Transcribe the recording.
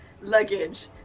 luggage